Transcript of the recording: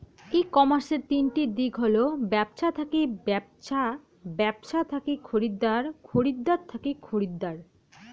ই কমার্সের তিনটি দিক হল ব্যবছা থাকি ব্যবছা, ব্যবছা থাকি খরিদ্দার, খরিদ্দার থাকি খরিদ্দার